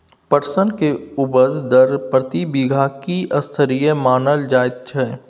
पटसन के उपज दर प्रति बीघा की स्तरीय मानल जायत छै?